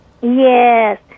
Yes